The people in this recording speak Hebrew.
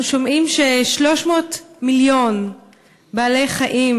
אנחנו שומעים ש-300 מיליון בעלי-חיים